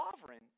sovereign